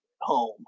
home